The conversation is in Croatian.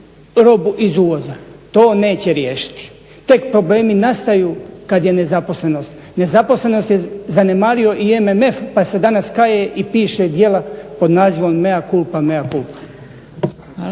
robu iz uvoza. To neće riješiti. Tek problemi nastaju kad je nezaposlenost. Nezaposlenost je zanemario i MMF pa se danas kaje i piše djela pod nazivom mea culpa, mea culpa.